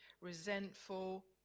resentful